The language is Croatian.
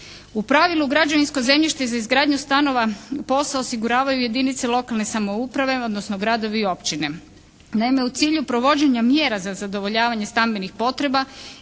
U pravilu građevinsko zemljište za izgradnju stanova POS-a osiguravaju jedinice lokalne samouprave, odnosno gradovi i općine. Naime u cilju provođenja mjera za zadovoljavanje stambenih potreba